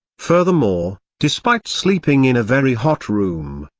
furthermore, despite sleeping in a very hot room,